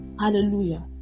Hallelujah